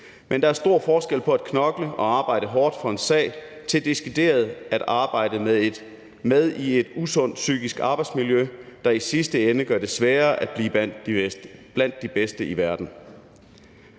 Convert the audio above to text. Men der er stor forskel på at knokle og arbejde hårdt for en sag til decideret at arbejde i et usundt psykisk arbejdsmiljø, der i sidste ende gør det sværere at blive blandt de bedste i verden.